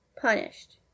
punished